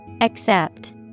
Accept